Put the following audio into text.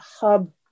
hub